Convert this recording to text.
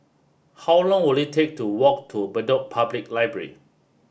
how long will it take to walk to Bedok Public Library